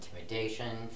intimidation